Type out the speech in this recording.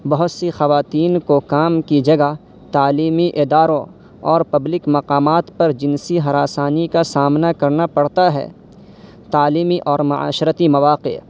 بہت سی خواتین کو کام کی جگہ تعلیمی اداروں اور پبلک مقامات پر جنسی ہراسانی کا سامنا کرنا پڑتا ہے تعلیمی اور معاشرتی مواقع